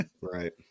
Right